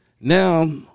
Now